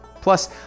Plus